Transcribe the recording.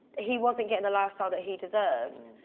he wasn't getting the lifestyle that he deserved.